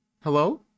hello